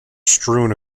strewn